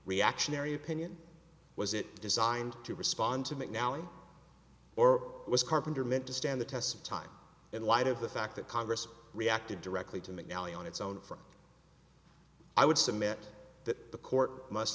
reactionary opinion was it designed to respond to mcnally or was carpenter meant to stand the test of time in light of the fact that congress reacted directly to mcnally on its own from i would submit that the court must